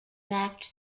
backed